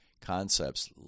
concepts